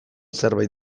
zerbait